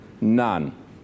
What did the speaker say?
none